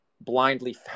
blindly